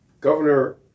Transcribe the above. Governor